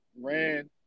ran